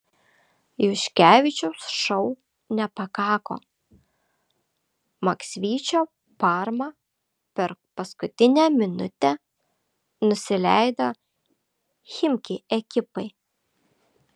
juškevičiaus šou nepakako maksvyčio parma per paskutinę minutę nusileido chimki ekipai